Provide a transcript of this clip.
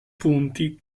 punti